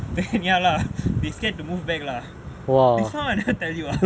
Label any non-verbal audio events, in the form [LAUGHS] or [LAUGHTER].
ya lah they scared to move back lah this [one] I never tell you [LAUGHS]